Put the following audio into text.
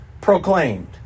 proclaimed